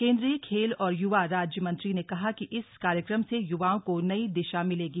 केंद्रीय खेल और युवा राज्य मंत्री ने कहा कि इस कार्यक्रम से युवाओं को नई दिशा मिलेगी